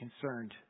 concerned